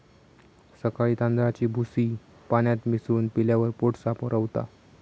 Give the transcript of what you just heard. सकाळी तांदळाची भूसी पाण्यात मिसळून पिल्यावर पोट साफ रवता